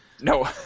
No